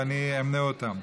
ואני אמנה אותן: